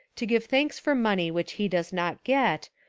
to give thanks for money which he does not get,